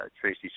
Tracy